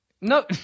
No